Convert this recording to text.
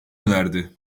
önerdi